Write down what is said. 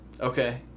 Okay